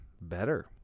better